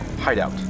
hideout